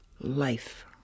life